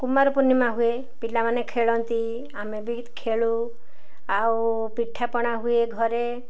କୁମାର ପୂର୍ଣ୍ଣିମା ହୁଏ ପିଲାମାନେ ଖେଳନ୍ତି ଆମେ ବି ଖେଳୁ ଆଉ ପିଠାପଣା ହୁଏ ଘରେ